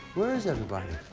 where is everybody?